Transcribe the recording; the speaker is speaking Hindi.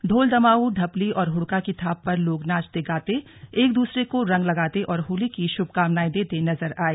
ढोल दमाऊं ढपली और हड़का की थाप पर लोग नाचते गाते एक दूसरे को रंग लगाते और होली की शुभकामनाएं देते नजर आये